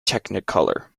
technicolor